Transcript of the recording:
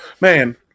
Man